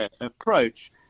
approach